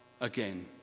again